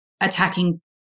attacking